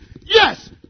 Yes